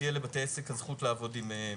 תהיה לבתי עסק הזכות לעבוד עם מאגדים.